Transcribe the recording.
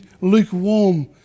lukewarm